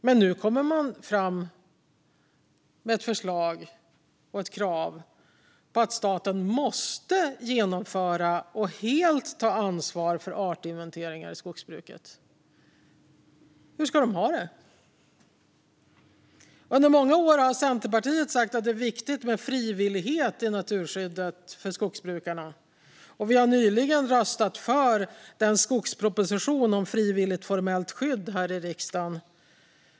Men nu går samma partier fram med ett krav på att staten måste genomföra och helt ta ansvar för artinventeringar i skogsbruket. Hur ska de ha det? Under många år har Centerpartiet sagt att det är viktigt med frivillighet i naturskyddet för skogsbrukarna, och vi har nyligen röstat för en skogsproposition om frivilligt formellt skydd här i riksdagen.